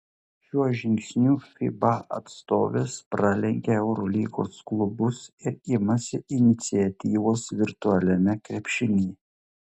šiuo žingsniu fiba atstovės pralenkia eurolygos klubus ir imasi iniciatyvos virtualiame krepšinyje